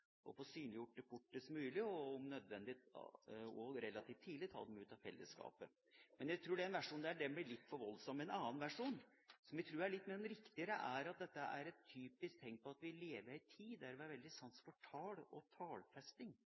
og få synliggjort det fortest mulig, og, om nødvendig, og så relativt tidlig, å ta dem ut av fellesskapet. Men jeg tror at den versjonen blir litt for voldsom. En annen versjon, som jeg tror er litt riktigere, er at dette er et typisk tegn på at vi lever i ei tid der vi har veldig sans for tall og tallfesting.